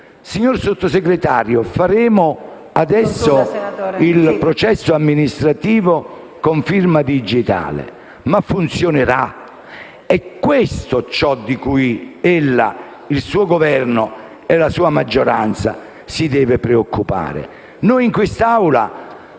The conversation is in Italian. Signor Sottosegretario, faremo adesso il processo amministrativo con firma digitale. Ma funzionerà? È questo ciò di cui ella, il suo Governo e la sua maggioranza si devono preoccupare.